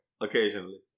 occasionally